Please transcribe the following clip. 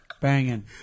Banging